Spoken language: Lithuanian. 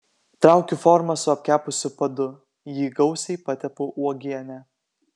traukiu formą su apkepusiu padu jį gausiai patepu uogiene